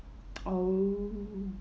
oh